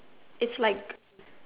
it's like